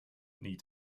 need